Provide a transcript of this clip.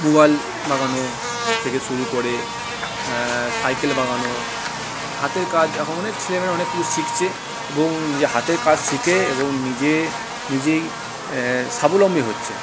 mobile বাগানো থেকে শুরু করে সাইকেল বাগানো হাতের কাজ এখন অনেক ছেলে মেয়েরা অনেক কিছু শিখছে এবং এই যে হাতের কাজ শিখে এবং নিজে নিজেই স্বাবলম্বী হচ্ছে